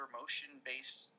motion-based